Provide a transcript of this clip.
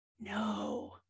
No